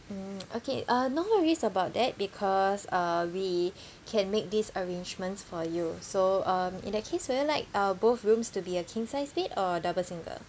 mm okay uh no worries about that because uh we can make these arrangements for you so um in that case would you like uh both rooms to be a king sized bed or double single